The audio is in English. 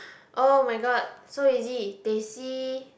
oh-my-god so easy teh C